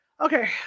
Okay